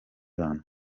bantu